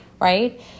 right